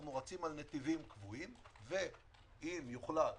אנחנו רצים על נתיבים קבועים, ואם יוחלט